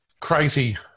crazy